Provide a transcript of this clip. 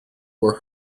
were